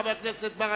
חבר הכנסת ברכה,